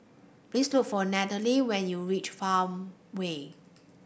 please look for Nannette when you reach Farmway